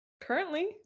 currently